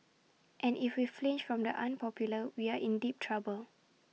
and if we flinch from the unpopular we are in deep trouble